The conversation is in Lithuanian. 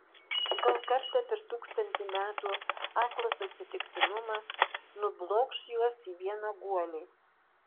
gal kartą per tūkstantį metų aklas atsitiktinumas nublokš juos į vieną guolį